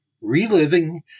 Reliving